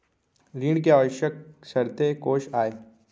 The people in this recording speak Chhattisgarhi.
ऋण के आवश्यक शर्तें कोस आय?